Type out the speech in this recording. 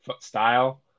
style